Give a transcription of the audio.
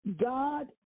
God